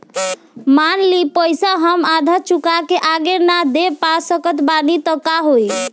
मान ली पईसा हम आधा चुका के आगे न दे पा सकत बानी त का होई?